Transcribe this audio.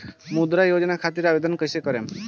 मुद्रा योजना खातिर आवेदन कईसे करेम?